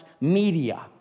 media